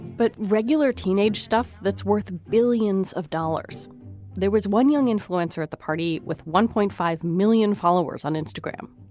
but regular teenage stuff that's worth billions of dollars there was one young influencer at the party with one point five million followers on instagram,